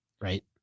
right